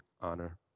honor